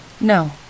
No